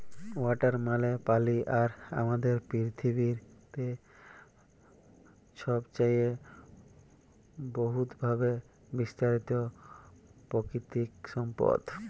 water মালে পালি আর আমাদের পিথিবীতে ছবচাঁয়ে বহুতভাবে বিস্তারিত পাকিতিক সম্পদ